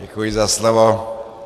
Děkuji za slovo.